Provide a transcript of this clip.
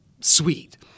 sweet